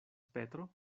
petro